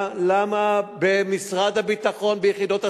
למה במשרד הביטחון, ביחידות הסמך,